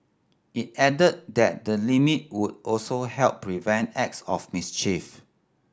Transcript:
it added that the limit would also help prevent acts of mischief